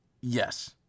yes